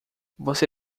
você